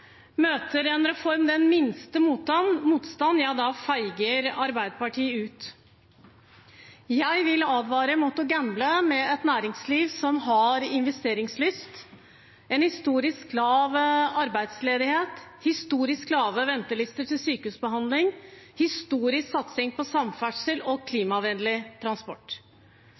Møter en reform den minste motstand, feiger Arbeiderpartiet ut. Jeg vil advare mot å gamble med et næringsliv som har investeringslyst, en historisk lav arbeidsledighet, historisk lave ventelister til sykehusbehandling, historisk satsing på samferdsel og klimavennlig transport.